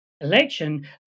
election